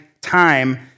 time